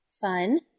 Fun